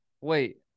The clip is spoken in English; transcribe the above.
Wait